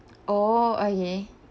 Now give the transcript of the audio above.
oh okay